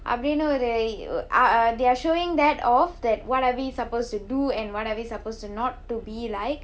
அப்படினு ஒரு: appadinnu oru ah ah they are showing that off that what are we supposed to and what are we supposed to not to be like